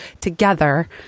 together